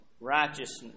Righteousness